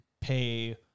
pay